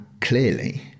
clearly